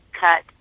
cut